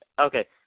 okay